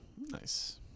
Nice